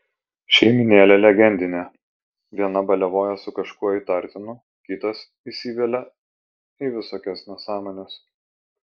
šeimynėlė legendinė viena baliavoja su kažkuo įtartinu kitas įsivelia į visokias nesąmones